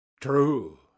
true